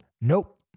nope